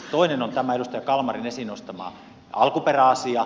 toinen on tämä edustaja kalmarin esiin nostama alkuperäasia